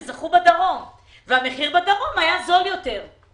הם זכו בדרום והמחיר שהם הגישו בדרום היה זול יותר.